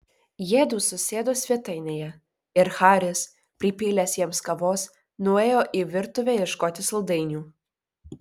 jiedu susėdo svetainėje ir haris pripylęs jiems kavos nuėjo į virtuvę ieškoti saldainių